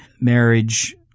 marriage